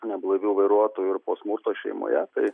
neblaivių vairuotojų ir po smurto šeimoje tai